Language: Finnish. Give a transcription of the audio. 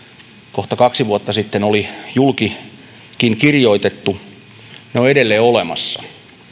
kohta kaksi vuotta sitten oli julkikin kirjoitettu ovat edelleen olemassa